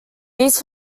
these